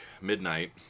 midnight